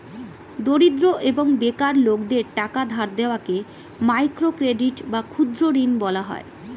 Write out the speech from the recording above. দরিদ্র এবং বেকার লোকদের টাকা ধার দেওয়াকে মাইক্রো ক্রেডিট বা ক্ষুদ্র ঋণ বলা হয়